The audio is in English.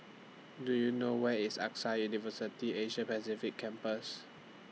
Do YOU know Where IS AXA University Asia Pacific Campus